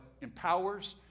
empowers